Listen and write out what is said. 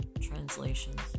translations